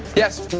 yes.